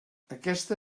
aquesta